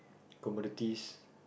commodities